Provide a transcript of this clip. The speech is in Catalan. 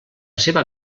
seva